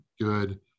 good